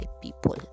people